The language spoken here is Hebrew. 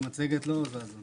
אפשר